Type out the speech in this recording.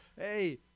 Hey